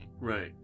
Right